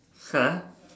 !huh!